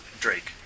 Drake